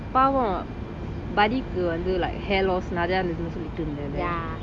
பாவம் பௌய்கு வந்து:pavam budyku vanthu hair loss சொல்லிட்டு இருந்தாளியா:solitu irunthaliya